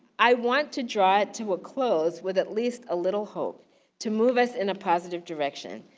i want to draw it to a close with at least a little hope to move us in a positive direction.